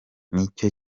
nicyo